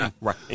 Right